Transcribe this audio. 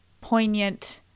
poignant